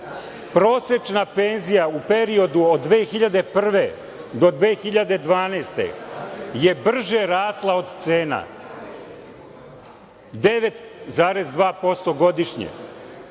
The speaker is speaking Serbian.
prosečna penzija u periodu od 2001. do 2012. godine je brže rasla od cena - 9,2% godišnje.